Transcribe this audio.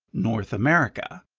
north america.